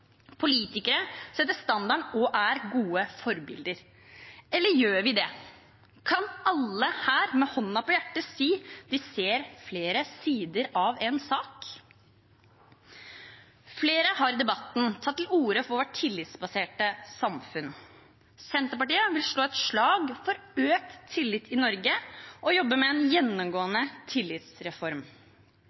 Politikere setter standarden – og er gode forbilder – eller gjør vi det? Kan alle her med hånden på hjertet si at de ser flere sider av en sak? Flere har i debatten tatt til orde for vårt tillitsbaserte samfunn. Senterpartiet vil slå et slag for økt tillit i Norge og jobber med en gjennomgående tillitsreform.